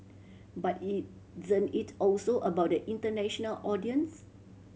but isn't it also about the international audience